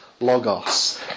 logos